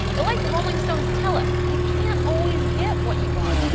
but like the rolling stones tell us, you can't always get what you want.